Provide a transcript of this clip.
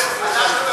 שם תופרים חליפות.